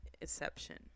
exception